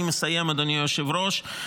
אני מסיים, אדוני היושב-ראש.